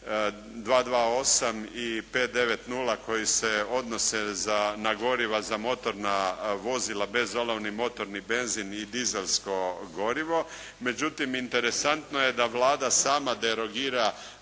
228 i 590 koji se odnose na goriva za motorna vozila, bezolovni motorni benzin i dizelsko gorivo. Međutim, interesantno je da Vlada sama derogira